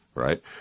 right